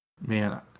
Man